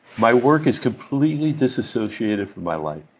my work is completely disassociated from my life